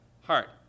heart